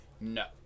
No